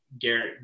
Garrett